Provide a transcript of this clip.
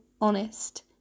honest